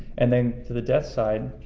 and then to the death side,